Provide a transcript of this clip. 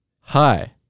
Hi